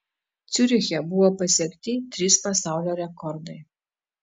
ciuriche buvo pasiekti trys pasaulio rekordai